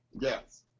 Yes